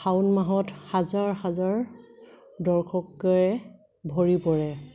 শাওন মাহত হাজাৰ হাজাৰ দৰ্শকে ভৰি পৰে